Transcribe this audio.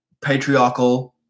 patriarchal